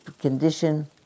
condition